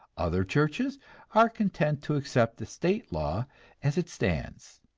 other churches are content to accept the state law as it stands.